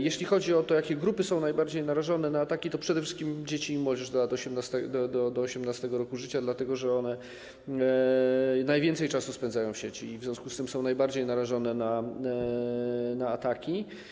Jeśli chodzi o to, jakie grupy są najbardziej narażone na ataki, to przede wszystkim chodzi o dzieci i młodzież do 18. roku życia, dlatego że one najwięcej czasu spędzają w sieci i w związku z tym są najbardziej narażone na ataki.